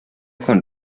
con